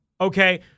okay